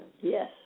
Yes